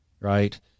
Right